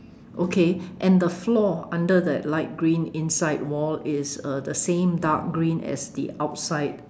okay and the floor under the light green inside wall is uh the same dark green as the outside